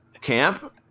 camp